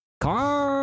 Car